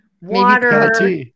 water